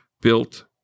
built